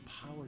power